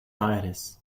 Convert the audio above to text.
aires